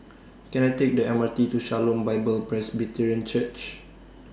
Can I Take The M R T to Shalom Bible Presbyterian Church